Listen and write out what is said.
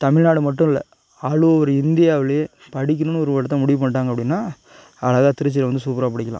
தமிழ்நாடு மட்டும் இல்லை all over இந்தியாவிலே படிக்கணுன்னு ஒரு இடத்த முடிவு பண்ணிட்டாங்க அப்படினா அழகாக திருச்சியில வந்து சூப்பராக படிக்கலாம்